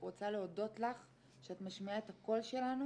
רוצה להודות לך שאת משמיעה את הקול שלנו,